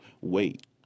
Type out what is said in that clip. wait